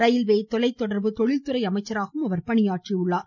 railway தொலைதொடர்பு தொழில்துறை அமைச்சராகவும் அவர் பணியாற்றியுள்ளார்